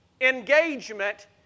engagement